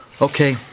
Okay